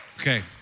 Okay